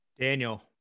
Daniel